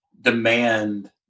demand